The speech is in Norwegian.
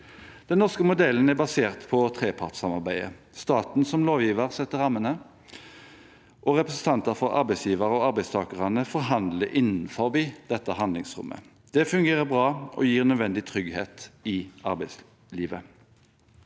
Den norske modellen er basert på trepartssamarbeidet. Staten som lovgiver setter rammene, og representanter for arbeidsgiverne og arbeidstakerne forhandler innenfor dette handlingsrommet. Det fungerer bra og gir nødvendig trygghet i arbeidslivet.